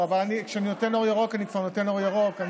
כשאני נותן אור ירוק, אני כבר נותן אור ירוק.